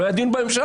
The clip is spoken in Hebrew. לא היה דיון בממשלה.